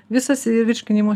visas virškinimo